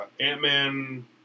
Ant-Man